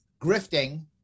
grifting